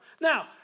Now